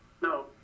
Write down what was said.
No